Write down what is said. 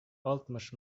алтмыш